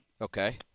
Okay